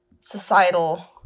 societal